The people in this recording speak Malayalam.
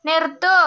നിർത്തൂ